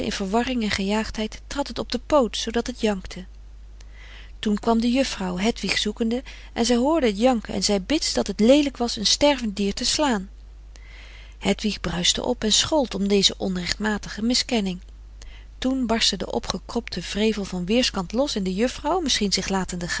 verwarring en gejaagdheid trad het op de poot zoodat het jankte toen kwam de juffrouw hedwig zoekende en zij hoorde het janken en zei bits dat het leelijk was een stervend dier te slaan hedwig bruischte op en schold om deze onrechtmatige miskenning toen barstte de opgekropte wrevel van weerskant los en de juffrouw misschien zich latende